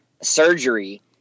surgery